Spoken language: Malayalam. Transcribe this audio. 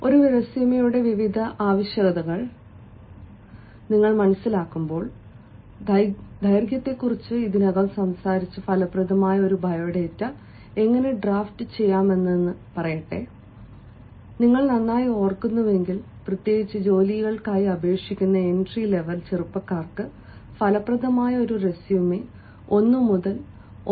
ഒരു റെസ്യുമെയുടെ വിവിധ ആവശ്യകതകൾ നിങ്ങൾ മനസ്സിലാക്കുമ്പോൾ ദൈർഘ്യത്തെക്കുറിച്ച് ഇതിനകം സംസാരിച്ച ഫലപ്രദമായ ഒരു ബയോഡാറ്റ എങ്ങനെ ഡ്രാഫ്റ്റുചെയ്യാമെന്ന് പറയട്ടെ നിങ്ങൾ നന്നായി ഓർക്കുന്നുവെങ്കിൽ പ്രത്യേകിച്ച് ജോലികൾക്കായി അപേക്ഷിക്കുന്ന എൻട്രി ലെവൽ ചെറുപ്പക്കാർക്ക് ഫലപ്രദമായ ഒരു റെസ്യുമെ 1 മുതൽ 1